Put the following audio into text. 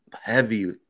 heavy